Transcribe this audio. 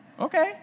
Okay